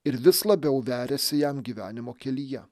ir vis labiau veriasi jam gyvenimo kelyje